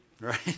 Right